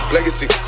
Legacy